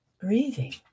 breathing